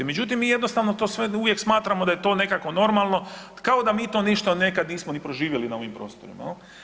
Međutim, mi jednostavno to sve uvijek smatramo da je to nekako normalno kao da mi to ništa nekad nismo proživjeli na ovim prostorima.